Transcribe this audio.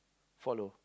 follow